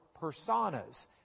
personas